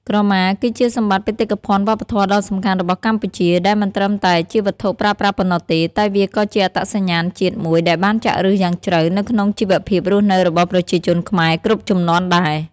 ក្រមា គឺជាសម្បត្តិបេតិកភណ្ឌវប្បធម៌ដ៏សំខាន់របស់កម្ពុជា ដែលមិនត្រឹមតែជាវត្ថុប្រើប្រាស់ប៉ុណ្ណោះទេ តែវាក៏ជាអត្តសញ្ញាណជាតិមួយដែលបានចាក់ឫសយ៉ាងជ្រៅនៅក្នុងជីវភាពរស់នៅរបស់ប្រជាជនខ្មែរគ្រប់ជំនាន់ដែរ។